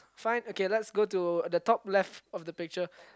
fine okay let's go to the top left of the picture